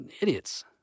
idiots